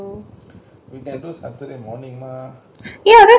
ya that's the thing which is very tiring then I have to go out